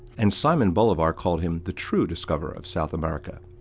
and simon bolivar called him the true discoverer of south america.